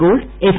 gold F